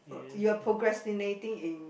you're procrastinating in